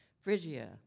Phrygia